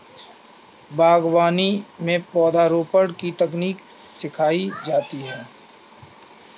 बागवानी में पौधरोपण की तकनीक सिखाई जाती है